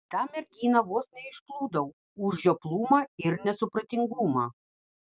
tą merginą vos neišplūdau už žioplumą ir nesupratingumą